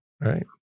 right